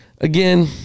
Again